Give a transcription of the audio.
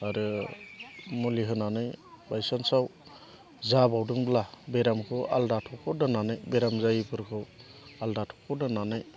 आरो मुलि होनानै बायसान्चआव जाबावदोंब्ला बेरामखौ आलादा थख' दोननानै बेराम जायिफोरखौ आलादा थख' दोननानै